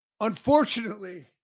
unfortunately